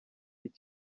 iki